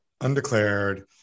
undeclared